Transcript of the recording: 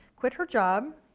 quit her job,